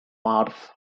mars